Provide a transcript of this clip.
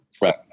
Right